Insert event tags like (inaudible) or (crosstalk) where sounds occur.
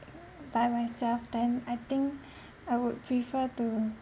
(noise) by myself then I think I would prefer to